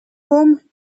home